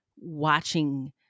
watching